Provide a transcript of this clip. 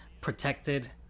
Protected